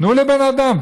תנו לבן אדם.